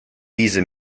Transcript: wiese